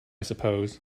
suppose